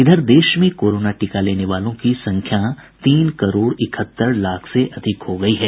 इधर देश में कोरोना टीका लेने वालों की संख्या तीन करोड़ इकहत्तर लाख से अधिक हो गयी है